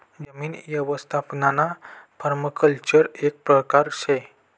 जमीन यवस्थापनना पर्माकल्चर एक परकार शे